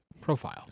profile